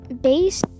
base